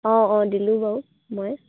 অঁ অঁ দিলোঁ বাৰু মই